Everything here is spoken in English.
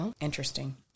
interesting